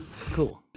cool